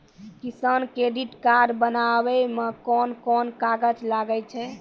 किसान credit card बनाबै मे कोन कोन कागज लागै छै?